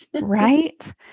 Right